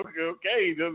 Okay